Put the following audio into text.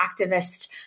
activist